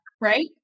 right